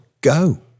go